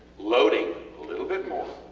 loading a little bit more,